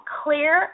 clear